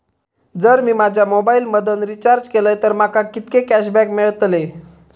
जर मी माझ्या मोबाईल मधन रिचार्ज केलय तर माका कितके कॅशबॅक मेळतले?